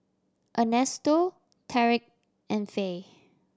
Ernesto Tarik and Faye